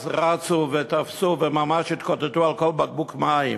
אז רצו ותפסו וממש התקוטטו על כל בקבוק מים.